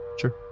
Sure